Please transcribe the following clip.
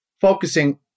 focusing